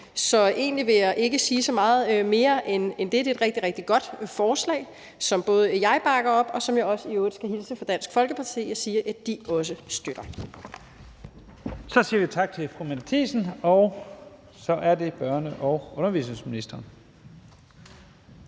Egentlig vil jeg ikke sige så meget mere end det. Det er et rigtig, rigtig godt forslag, som jeg bakker op, og som jeg i øvrigt skal hilse fra Dansk Folkeparti og sige at de også støtter. Kl. 15:40 Første næstformand (Leif Lahn Jensen): Så siger vi tak til fru Mette Thiesen, og så er det børne- og undervisningsministeren.